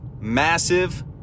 massive